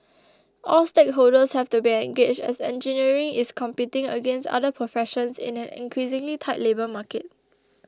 all stakeholders have to be engaged as engineering is competing against other professions in an increasingly tight labour market